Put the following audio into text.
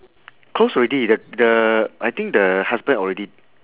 close already the the I think the husband already